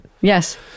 Yes